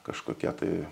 kažkokie tai